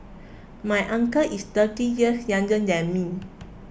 my uncle is thirty years younger than me